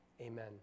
Amen